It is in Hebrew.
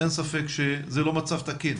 אין ספק שזה לא מצב תקין,